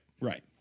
Right